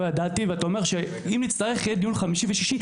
אני לא ידעתי ואתה אומר שאם נצטרך יהיה דיון חמישי ושישי.